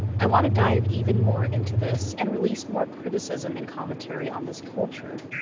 i want to dive even more into this and release more criticism and commentary on this culture.